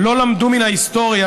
לא למדו מן ההיסטוריה,